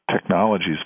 technologies